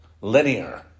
linear